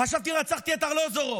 חשבתי שרצחתי את ארלוזורוב.